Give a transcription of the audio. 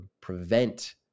prevent